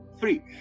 free